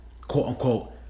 quote-unquote